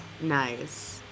Nice